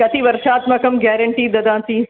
कति वर्षात्मकं ग्यारण्टी ददाति